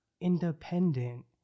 independent